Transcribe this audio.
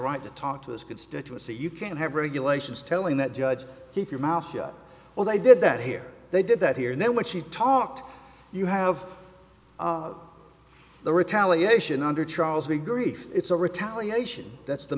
right to talk to his constituency you can't have regulations telling that judge keep your mouth shut well they did that here they did that here and then when she talked you have the retaliation under charles me grief it's a retaliation that's the